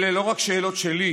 אלה לא רק שאלות שלי,